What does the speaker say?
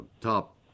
top